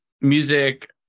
music